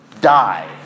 die